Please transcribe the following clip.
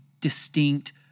distinct